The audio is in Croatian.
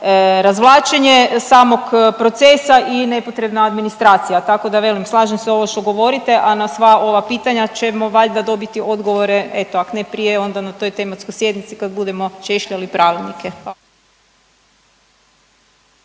razvlačenje samog procesa i nepotrebne administracije, tako da, velim, slažem se ovo što govorite, a na sva ova pitanja ćemo valjda dobiti odgovore, eto, ak ne prije, onda na toj tematskoj sjednici kad budemo češljali pravilnike.